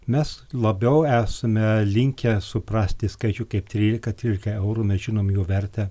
mes labiau esame linkę suprasti skaičių kaip trylika trylika eurų mes žinom jų vertę